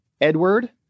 Edward